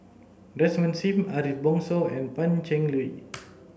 Desmond Sim Ariff Bongso and Pan Cheng Lui